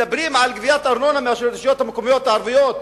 מדברים על גביית ארנונה מהרשויות המקומיות הערביות.